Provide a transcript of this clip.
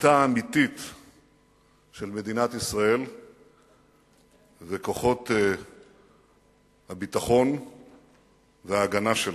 דמותם האמיתית של מדינת ישראל וכוחות הביטחון וההגנה שלה.